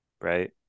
right